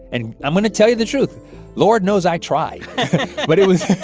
and i'm going to tell you the truth lord knows i tried but it was